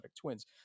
twins